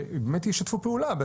שבאמת ישתפו פעולה.